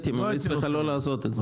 הייתי ממליץ לך לא לעשות את זה.